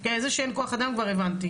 את זה שאין כוח אדם כבר הבנתי.